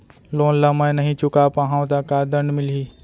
Loan ला मैं नही चुका पाहव त का दण्ड मिलही?